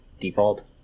default